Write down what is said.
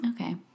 Okay